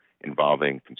involving